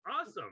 Awesome